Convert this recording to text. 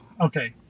Okay